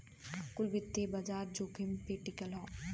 कुल वित्तीय बाजार जोखिम पे टिकल हौ